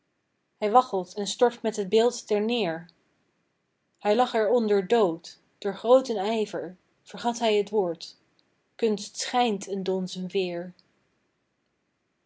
hij waggelt en stort met het beeld ter neer hij lag er onder dood door grooten ijver vergat hij t woord kunst schijnt een donzen veêr